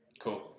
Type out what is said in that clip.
Cool